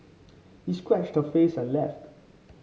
he scratched her face and left